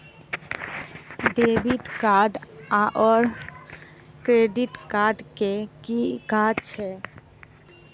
Debit card आओर credit card केँ की काज छैक?